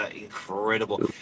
incredible